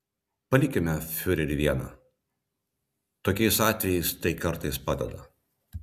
palikime fiurerį vieną tokiais atvejais tai kartais padeda